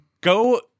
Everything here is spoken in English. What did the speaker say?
go